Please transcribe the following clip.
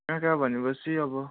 कहाँ कहाँ भनेपछि अब